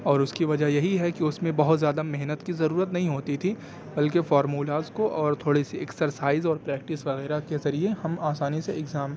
اور اس کی وجہ یہی ہے کہ اس میں بہت زیادہ محنت کی ضرورت نہیں ہوتی تھی بلکہ فارمولاز کو اور تھوڑی سی ایکسرسائز اور پریکٹس وغیرہ کے ذریعے ہم آسانی سے ایگزام